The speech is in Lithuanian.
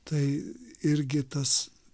tai irgi tas